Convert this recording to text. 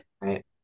right